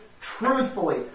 truthfully